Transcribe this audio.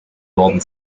worden